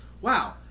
wow